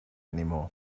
anymore